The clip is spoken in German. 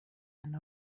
man